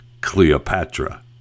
Cleopatra